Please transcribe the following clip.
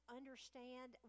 understand